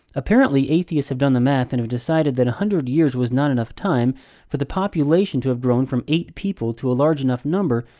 apparently, atheists have done the math and have decided that a hundred years was not enough time for the population to have grown from eight people to a large enough number,